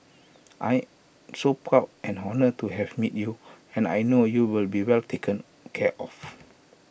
I'm so proud and honoured to have met you and I know you will be well taken care of